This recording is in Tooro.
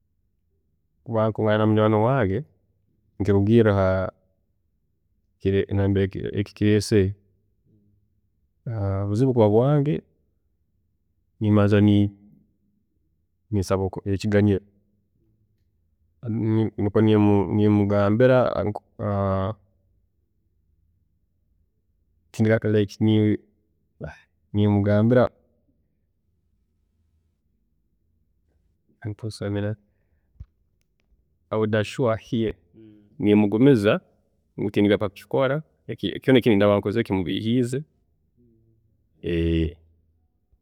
﻿Obu arikuba munywaani wange, nikirugiirra aha naberere ekikiresere, obuzibu obu burikuba bwange, nimbaanza ninsaba ekiganyiro nikwe nimugambira like nimugambira, I would assure here, nimugumiza, nti tindigaruka kukikora kyona ekirikuba kimubiihiize.